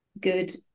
good